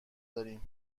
داریم